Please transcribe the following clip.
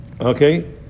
Okay